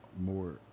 more